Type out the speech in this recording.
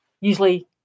usually